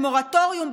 מורטוריום,